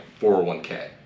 401k